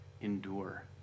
endure